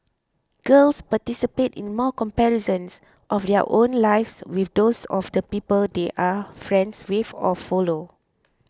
girls participate in more comparisons of their own lives with those of the people they are friends with or follow